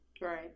Right